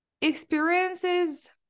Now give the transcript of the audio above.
experiences